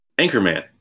Anchorman